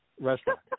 restaurant